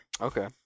Okay